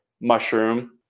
mushroom